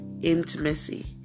intimacy